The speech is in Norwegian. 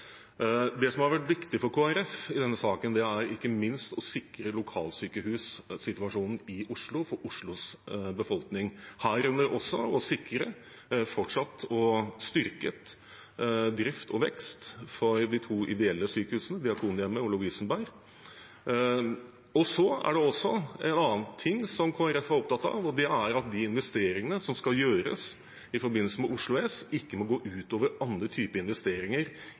Det som har vært viktig for Kristelig Folkeparti i denne saken, er ikke minst å sikre lokalsykehussituasjonen i Oslo for Oslos befolkning, herunder også å sikre fortsatt og styrket drift og vekst for de to ideelle sykehusene, Diakonhjemmet og Lovisenberg. Så er det også en annen ting som Kristelig Folkeparti er opptatt av, og det er at de investeringene som skal gjøres i forbindelse med OUS, ikke må gå ut over andre typer investeringer